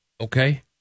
Okay